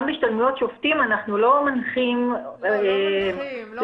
גם בהשתלמות שופטים אנחנו לא מנחים לכאן או אחרת.